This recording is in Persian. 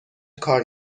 کار